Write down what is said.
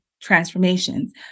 transformations